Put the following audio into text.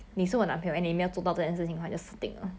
but what if 他没有一八零 but 他的 body 很 fit